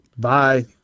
Bye